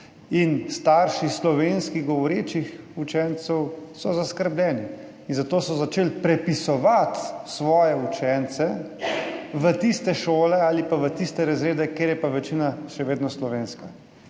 in starši slovensko govorečih učencev so zaskrbljeni in zato so začeli prepisovati svoje učence v tiste šole ali pa v tiste razrede, kjer je pa večina še vedno slovenska.